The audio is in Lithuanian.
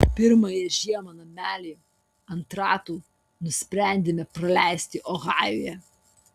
pirmąją žiemą namelyje ant ratų nusprendėme praleisti ohajuje